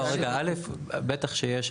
בטח שיש.